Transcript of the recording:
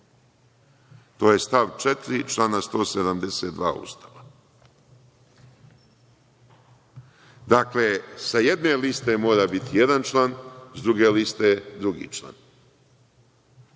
To je stav četiri člana 172 Ustava. Dakle, sa jedne liste mora biti jedan član, sa druge liste drugi član.